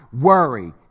worry